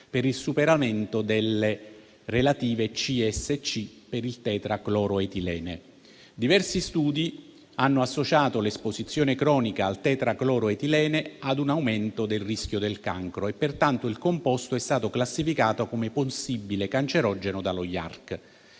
di contaminazione (CSC) per il tetracloroetilene. Diversi studi hanno associato l'esposizione cronica al tetracloroetilene ad un aumento del rischio del cancro e pertanto il composto è stato classificato come possibile cancerogeno dall'Agenzia